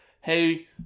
hey